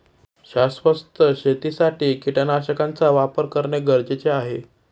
शाश्वत शेतीसाठी कीटकनाशकांचा वापर करणे गरजेचे आहे